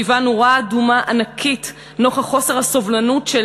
שהיווה נורה אדומה ענקית נוכח חוסר הסובלנות של